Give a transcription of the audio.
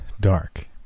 dark